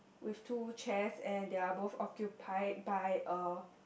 with two chairs and they are both occupied by a